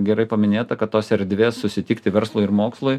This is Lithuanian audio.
gerai paminėta kad tos erdvės susitikti verslui ir mokslui